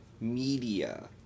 media